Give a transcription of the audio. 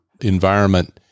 environment